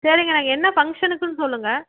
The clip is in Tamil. சரிங்கண்ணா என்ன ஃபங்க்ஷனுக்குன்னு சொல்லுங்க